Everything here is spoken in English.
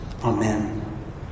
Amen